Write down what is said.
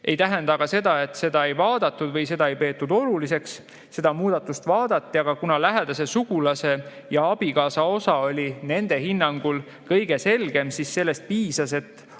ei tähenda aga seda, et seda ei vaadatud või seda ei peetud oluliseks. Seda muudatust vaadati, aga kuna lähedase sugulase ja abikaasa osa oli nende hinnangul kõige selgem, siis sellest piisas, et